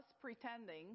pretending